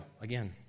again